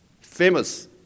famous